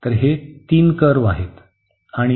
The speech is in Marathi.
तर हे तीन कर्व्ह पुन्हा आहेत